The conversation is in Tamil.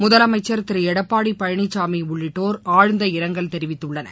முதலமைச்சர் திருஎடப்பாடிபழனிசாமிஉள்ளிட்டோர் ஆழ்ந்த இரங்கல் தெரிவித்துள்ளனர்